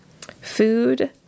food